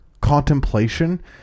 contemplation